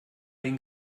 den